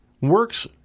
Works